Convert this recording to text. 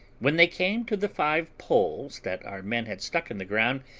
when they came to the five poles that our men had stuck in the ground,